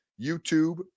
YouTube